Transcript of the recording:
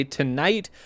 tonight